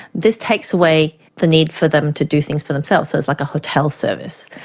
this takes away the need for them to do things for themselves, so it's like a hotel service.